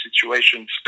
situations